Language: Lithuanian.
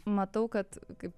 matau kad kaip